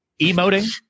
emoting